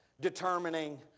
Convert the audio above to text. determining